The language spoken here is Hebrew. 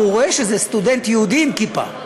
הוא רואה שזה סטודנט יהודי עם כיפה.